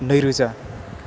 नै रोजा